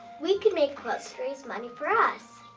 we could make quilts to raise money for us.